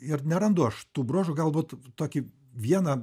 ir nerandu aš tų bruožų galbūt tokį vieną